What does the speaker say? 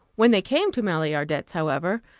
when they came to maillardet's, however,